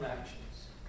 actions